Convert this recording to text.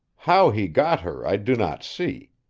how he got her i do not see.